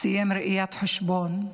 סיים ראיית חשבון,